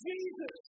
Jesus